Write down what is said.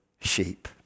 sheep